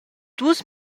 dus